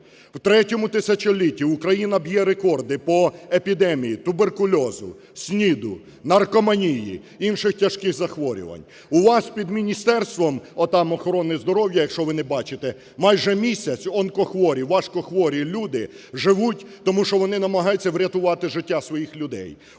В ІІІ тисячолітті Україна б'є рекорди по епідемії туберкульозу, СНІДу, наркоманії, інших тяжких захворювань. У вас під Міністерством отам охорони здоров'я, якщо ви не бачите, майже місяць онкохворі, важкохворі люди живуть, тому що вони намагаються врятувати життя своїх людей…